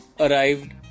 Arrived